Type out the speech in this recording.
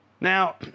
Now